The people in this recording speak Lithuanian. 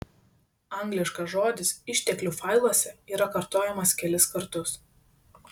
angliškas žodis išteklių failuose yra kartojamas kelis kartus